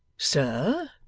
sir,